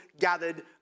gathered